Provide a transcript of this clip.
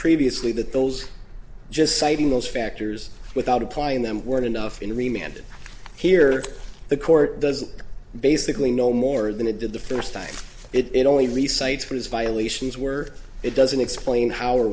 previously that those just citing those factors without applying them weren't enough in remained here the court does basically no more than it did the first time it only recites for these violations were it doesn't explain how or